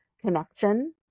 connection